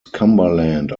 cumberland